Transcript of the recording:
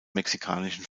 mexikanischen